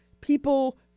people